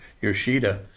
Yoshida